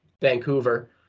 Vancouver